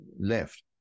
left